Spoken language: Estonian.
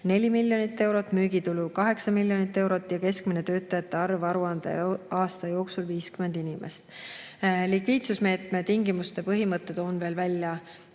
4 miljonit eurot, müügitulu 8 miljonit eurot ja keskmine töötajate arv aruandeaasta jooksul 50 inimest. Likviidsusmeetme tingimuste põhimõtted on veel